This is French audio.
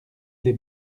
les